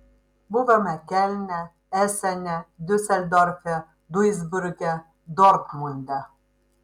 buvome kelne esene diuseldorfe duisburge dortmunde